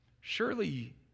Surely